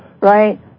Right